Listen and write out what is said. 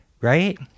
Right